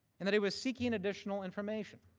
and that he was seeking additional information.